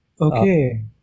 Okay